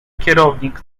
kierownik